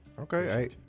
Okay